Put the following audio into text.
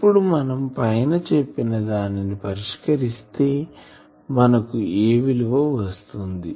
ఇప్పుడు మనం పైన చెప్పిన దానిని పరిష్కరిస్తే మనకి A విలువ తెలుస్తుంది